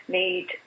need